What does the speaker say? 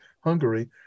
Hungary